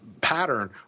pattern